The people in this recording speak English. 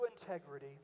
integrity